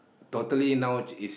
totally now which is